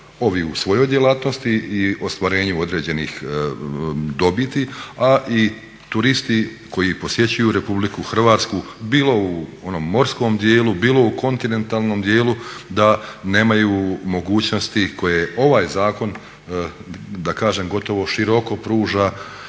ovi u svojoj djelatnosti i ostvarenju određenih dobiti, a i turisti koji posjećuju RH bilo u onom morskom dijelu, bilo u kontinentalnom dijelu da nemaju mogućnosti koje ovaj zakon da kažem gotovo široko pruža